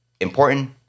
important